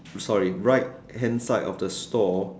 sorry right hand side of the store